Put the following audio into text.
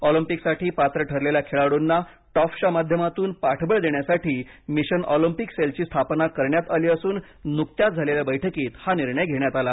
ऑलिम्पिकसाठी पात्र ठरलेल्या खेळाडूंना टॉप्सच्या माध्यमातून पाठबळ देण्यासाठी मिशन ऑलिम्पिक सेलची स्थापना करण्यात आली असून नुकत्याच झालेल्या बैठकीत हा निर्णय घेण्यात आला